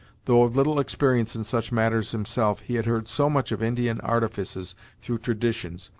though of little experience in such matters, himself, he had heard so much of indian artifices through traditions,